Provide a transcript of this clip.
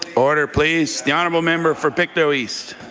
order, please. the honourable member for pictou east?